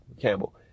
Campbell